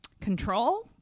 control